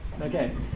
Okay